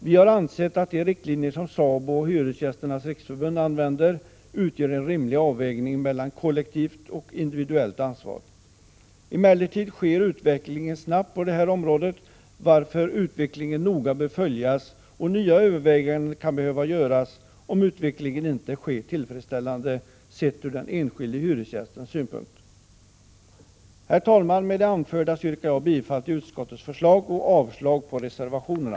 Vi har ansett att de riktlinjer som SABO och Hyresgästernas riksförbund använder utgör en rimlig avvägning mellan kollektivt och individuellt ansvar. Emellertid sker utvecklingen på detta område snabbt, varför den noga bör följas. Nya överväganden kan behöva göras om utvecklingen inte blir tillfredsställande, sett från den enskilde hyresgästens synpunkt. Herr talman! Med det anförda yrkar jag bifall till utskottets hemställan och avslag på reservationerna.